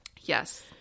yes